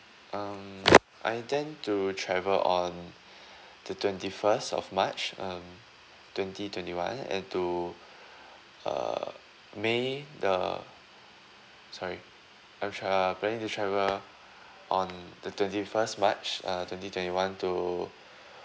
um I intend to travel on the twenty first of march um twenty twenty one and to uh may the sorry I'm err planning to travel on the twenty first march uh twenty twenty one to